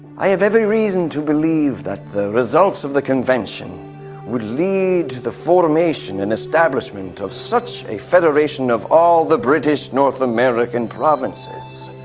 i have every reason to believe that the results of the convention would lead to the formation and establishment of such a federation of all the british north american provinces.